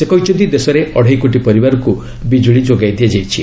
ସେ କହିଛନ୍ତି ଦେଶରେ ଅଢ଼େଇକୋଟି ପରିବାରକୁ ବିଜ୍ଜୁଳି ଯୋଗାଇ ଦିଆଯାଇଛି